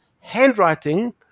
handwriting